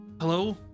hello